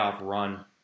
run